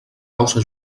causa